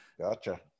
Gotcha